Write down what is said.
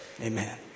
Amen